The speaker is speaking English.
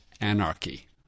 anarchy